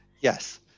Yes